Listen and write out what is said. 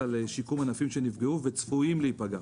על שיקום ענפים שנפגעו ועם דגש על ענפים שצפויים להיפגע.